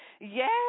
Yes